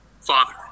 father